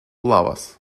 lavas